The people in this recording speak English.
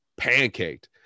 pancaked